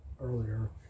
earlier